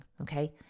Okay